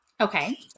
Okay